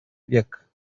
век